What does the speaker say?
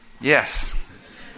Yes